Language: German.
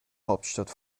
hauptstadt